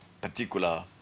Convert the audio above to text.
particular